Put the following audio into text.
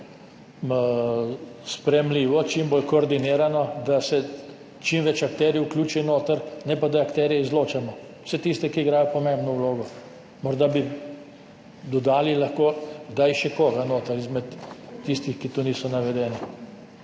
sprejemljivo, čim bolj koordinirano, da se čim več akterjev vključi noter, ne pak, da akterje izločamo, vse tiste, ki igrajo pomembno vlogo. Morda bi dodali lahko kdaj še koga noter izmed tistih, ki tukaj niso navedeni.